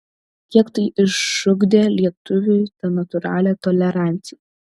kiek tai išugdė lietuviui tą natūralią toleranciją